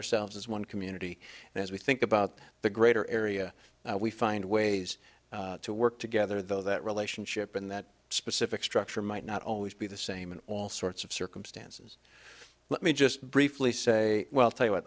ourselves as one community and as we think about the greater area we find ways to work together though that relationship in that specific structure might not always be the same in all sorts of circumstances let me just briefly say well tell you what